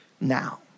now